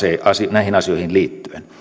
näihin asioihin liittyen